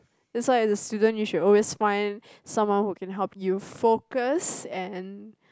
that's why as a student you should always find someone who can help you focus and